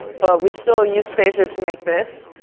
but we still used phaser to make this,